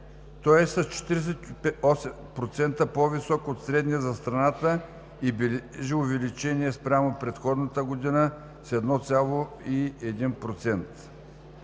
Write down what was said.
Той е с 48% по-висок от средния за страната и бележи увеличение спрямо предходната година с 1,1%.